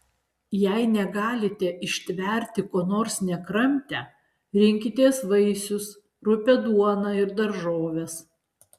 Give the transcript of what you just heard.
jei negalite ištverti ko nors nekramtę rinkitės vaisius rupią duoną ir daržoves